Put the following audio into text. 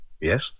Yes